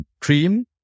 cream